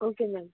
okay ma'am